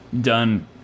done